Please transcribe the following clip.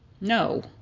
no